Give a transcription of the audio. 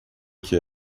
que